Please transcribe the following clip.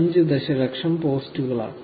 5 ദശലക്ഷം പോസ്റ്റുകളിലാണ്